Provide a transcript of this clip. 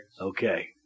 Okay